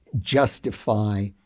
justify